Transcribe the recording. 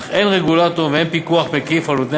אך אין רגולטור ואין פיקוח מקיף על נותני